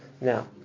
now